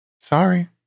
Sorry